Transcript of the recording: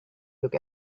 look